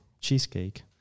cheesecake